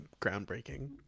groundbreaking